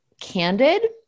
candid